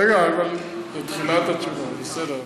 רגע, אבל זו תחילת התשובה.